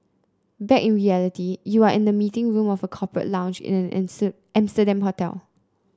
back in reality you are in the meeting room of a corporate lounge in an Amsterdam hotel